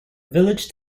village